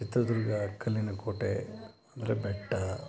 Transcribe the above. ಚಿತ್ರದುರ್ಗ ಕಲ್ಲಿನ ಕೋಟೆ ಅಂದರೆ ಬೆಟ್ಟ